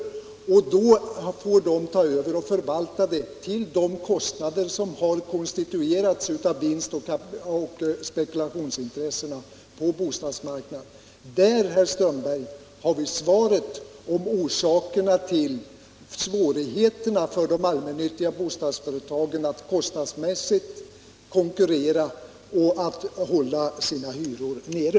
Dessa bolag får då ta över förvaltningen till de kostnader som har konstituerats av vinstoch spekulationsintressena på bostadsmarknaden. Där, herr Strömberg i Botkyrka, har vi svaret på frågan om orsaken till svårigheterna för de allmännyttiga bostadsföretagen att konkurrera kostnadsmässigt och hålla sina hyror nere.